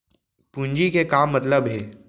पूंजी के का मतलब हे?